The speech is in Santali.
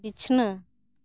ᱵᱤᱪᱷᱱᱟᱹ